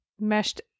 Meshed